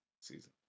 season